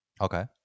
okay